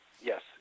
yes